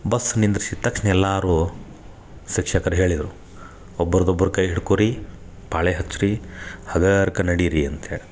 bus ನಿಂದರ್ಸಿದ ತಕ್ಷಣ ಎಲ್ಲಾರು ಶಿಕ್ಷಕ್ರ ಹೇಳಿದರು ಒಬ್ರದು ಒಬ್ಬರ ಕೈ ಹಿಡ್ಕೊ ರೀ ಪಾಳೆ ಹಚ್ರಿ ಹಗರ್ಕ ನಡೀರಿ ಅಂತ ಹೇಳಿ